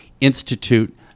Institute